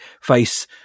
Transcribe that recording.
face